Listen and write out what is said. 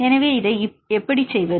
எனவே இதை எப்படி செய்வது